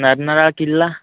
Nagnara Killa